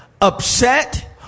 upset